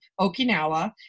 Okinawa